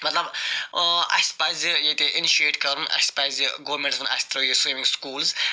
مَطلَب اَسہِ پَزِ ییٚتہِ انشیٹ کَرُن اَسہِ پَزِ گورمٮ۪نٛٹَس وَنُن اَسہِ ترٛٲیِو سِومِنٛگ سُکوٗلٕز